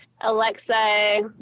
Alexa